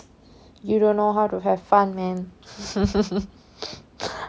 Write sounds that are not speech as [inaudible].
you don't know how to have fun man [laughs]